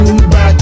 back